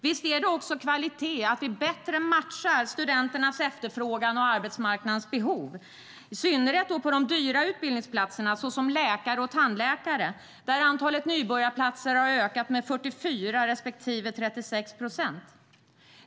Visst är det också kvalitet att vi bättre matchar studenternas efterfrågan och arbetsmarknadens behov, i synnerhet av de dyra utbildningsplatserna såsom läkare och tandläkare där antalet nybörjarplatser har ökat med 44 respektive 36 procent.